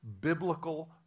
biblical